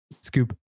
Scoop